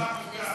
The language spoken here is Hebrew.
לך מותר.